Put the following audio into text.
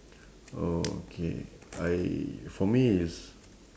okay I for me it's